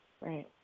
Right